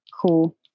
cool